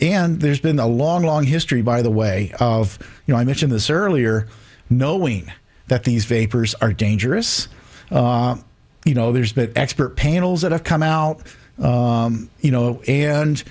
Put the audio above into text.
and there's been a long long history by the way of you know i mentioned this earlier knowing that these vapors are dangerous you know there's been expert panels that have come out you know and